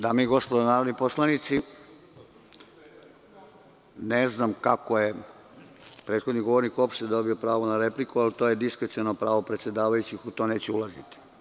Dame i gospodo narodni poslanici, ne znam kako je prethodni govornik uopšte dobio pravo na repliku, ali to je diskreciono pravo predsedavajućeg i u to neću ulaziti.